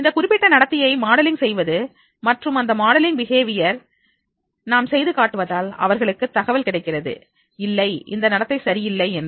அந்தக் குறிப்பிட்ட நடத்தையை மாடலிங் செய்வது மற்றும் அந்த மாடலிங் பிஹேவியர் ஐ நாம் செய்து காட்டுவதால்அவர்களுக்கு தகவல் கிடைக்கிறது இல்லை இந்த நடத்தை சரியில்லை என்று